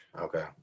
Okay